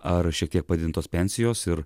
ar šiek tiek padidintos pensijos ir